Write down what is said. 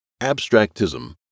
Abstractism